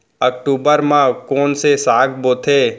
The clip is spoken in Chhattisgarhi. अक्टूबर मा कोन से साग बोथे?